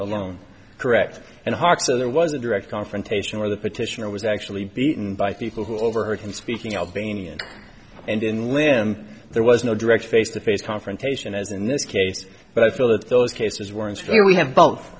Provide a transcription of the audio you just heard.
alone correct and hard so there was a direct confrontation where the petitioner was actually beaten by people who overheard him speaking albanian and in limb there was no direct face to face confrontation as in this case but i feel that those cases where it's clear we have both